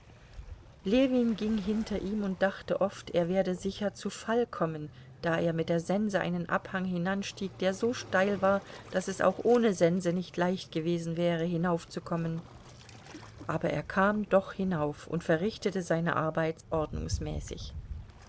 ljewin ging hinter ihm und dachte oft er werde sicher zu fall kommen da er mit der sense einen abhang hinanstieg der so steil war daß es auch ohne sense nicht leicht gewesen wäre hinaufzukommen aber er kam doch hinauf und verrichtete seine